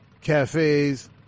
Cafes